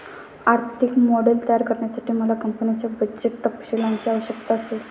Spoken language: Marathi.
आर्थिक मॉडेल तयार करण्यासाठी मला कंपनीच्या बजेट तपशीलांची आवश्यकता असेल